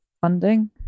funding